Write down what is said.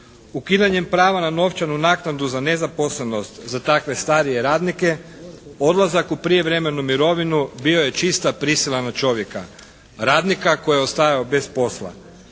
Ukidanjem prava na novčanu naknadu za nezaposlenost za takve starije radnike odlazak u prijevremenu mirovinu bio je čista prisila na čovjeka, radnika koji je ostajao bez posla,